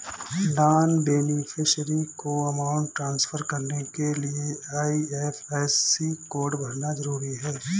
non beneficiary को amount transfer करने के लिए आई.एफ.एस.सी कोड भरना जरूरी है